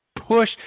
push